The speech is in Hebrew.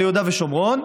ליהודה ושומרון,